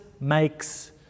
makes